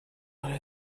what